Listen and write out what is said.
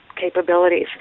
capabilities